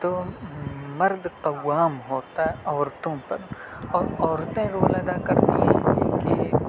تو مرد قوام ہوتا عورتوں پر اور عورتیں رول ادا کرتی ہیں کہ